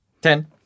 ten